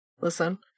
Listen